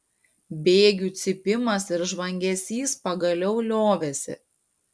bėgių cypimas ir žvangesys pagaliau liovėsi